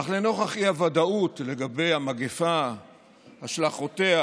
אך לנוכח האי-ודאות לגבי המגפה והשלכותיה